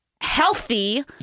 healthy